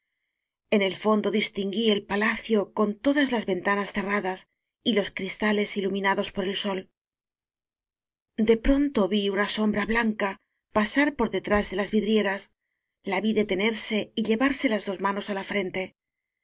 en el fondo distinguí el palacio con todas las ventanas cerradas y los cristales iluminados por el sol de pronto vi una sombra blanca pasar por detrás de las vij drieras la vi detenerse y llevarse las dos manos á la frente